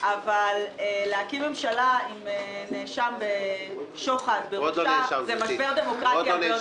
אבל להקים מממשלה עם נאשם בשוחד זה משבר דמוקרטי הרבה יותר חריף.